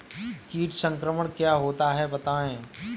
कीट संक्रमण क्या होता है बताएँ?